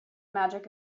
magic